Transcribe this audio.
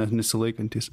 ar nesilaikantys